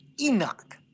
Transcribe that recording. enoch